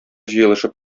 җыелышып